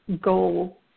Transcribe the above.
goal